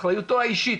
אחריותו האישית